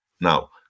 Now